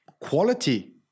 quality